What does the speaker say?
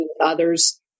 others